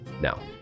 now